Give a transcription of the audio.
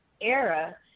era